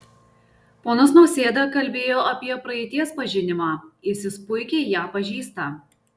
ponas nausėda kalbėjo apie praeities pažinimą isis puikiai ją pažįsta